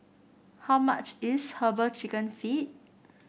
how much is herbal chicken feet